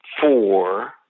four